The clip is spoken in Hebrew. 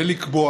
ולקבוע